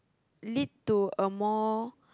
lead to a more